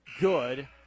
Good